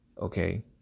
okay